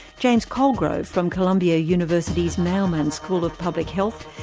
james colgrove from columbia university's mailman school of public health,